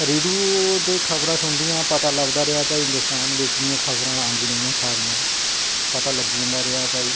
radio दियां खबरां ते पता लगदा रेहा कि हिंदोस्तान बिच्चा खबरां आंदियां रेहियां सारियां पता लग्गी जंदा रेहा भई